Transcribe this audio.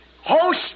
host